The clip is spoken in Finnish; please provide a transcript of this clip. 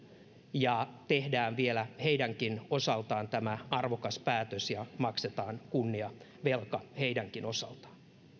ja tehdään vielä heidänkin osaltaan tämä arvokas päätös ja maksetaan kunniavelka heidänkin osaltaan